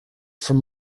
from